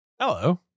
Hello